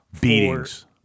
Beatings